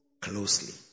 Closely